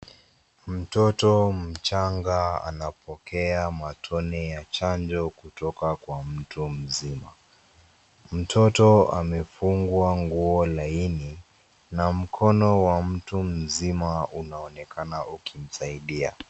Mtoto mchanga anapokea matone ya chanjo kutoka kwa mtu mzima. Mtoto amefungwa nguo laini na mkono wa mtu mzima unaonekana ukimsaidia.